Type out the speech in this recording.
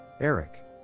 Eric